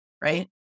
right